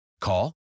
Call